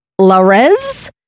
larez